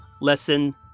Lesson